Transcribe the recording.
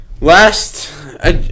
Last